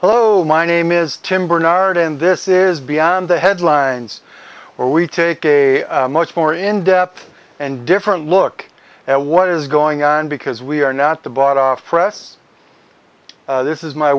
hello my name is tim bernard and this is beyond the headlines where we take a much more in depth and different look at what is going on because we are not bought off press this is my